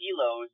kilos